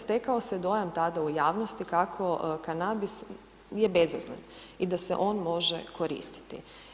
Stekao se dojam tada u javnosti kako kanabis je bezazlen i da se on može koristiti.